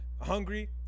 Hungry